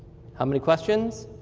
how many questions?